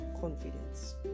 confidence